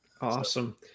awesome